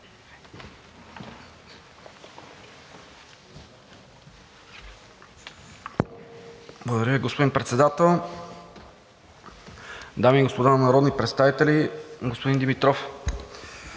Благодаря Ви, господин Председател. Дами и господа народни представители, господин Димитров,